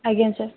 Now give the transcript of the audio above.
ଆଜ୍ଞା ସାର୍